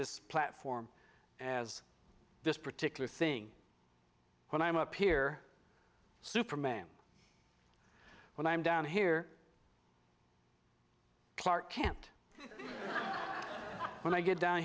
this platform as this particular thing when i'm up here superman when i'm down here clark kent when i get down